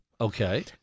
Okay